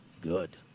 Good